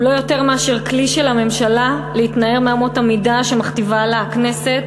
הוא לא יותר מאשר כלי של הממשלה להתנער מאמות המידה שמכתיבה לה הכנסת,